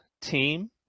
team